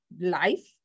life